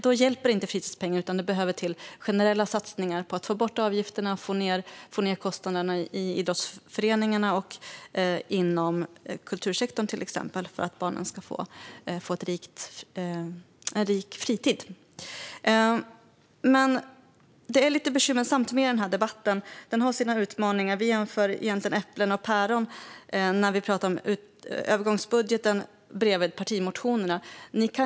Då hjälper inte fritidspengen, utan det behövs generella satsningar för att få bort avgifterna i kulturskolan, få ned avgifterna till exempel i idrottsföreningarna och inom kultursektorn för att barnen ska få en rik fritid. Det är lite bekymmersamt med denna debatt. Den har sina utmaningar. Vi jämför egentligen äpplen och päron när vi talar om övergångsbudgeten och partimotionerna samtidigt.